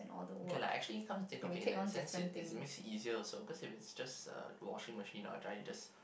okay lah actually come to think of it in the sense it it makes it easier also because if it's just uh washing machine or drying just